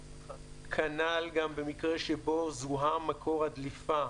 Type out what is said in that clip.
כנ"ל גם במקרה שבו זוהם מקור הדליפה,